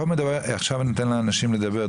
עכשיו אני אתן לאנשים לדבר,